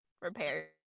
repair